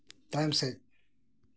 ᱛᱟᱭᱚᱢ ᱥᱮᱫ